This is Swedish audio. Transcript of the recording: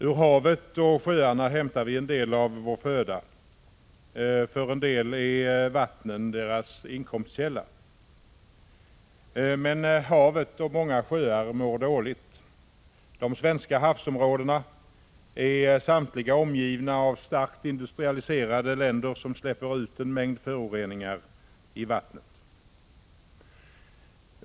Ur havet och sjöarna hämtar vi en del av vår föda; för några utgör vattnen förutsättningen för deras inkomstkälla. Men havet och många sjöar mår dåligt. De svenska havsområdena är samtliga omgivna av starkt industrialiserade länder som släpper ut en mängd föroreningar i vattnet.